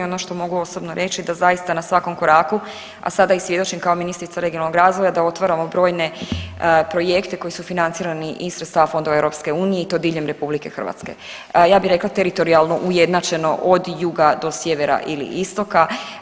Ono što mogu osobno reći da zaista na svakom koraku, a sada i svjedočim kao ministrica regionalnog razvoja da otvaramo brojne projekte koji su financirani iz sredstava fondova EU i to diljem RH, ja bi rekla teritorijalno ujednačeno od juga do sjevera ili istoka.